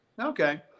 Okay